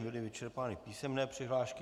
Byly vyčerpány písemné přihlášky.